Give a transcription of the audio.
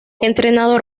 entrenador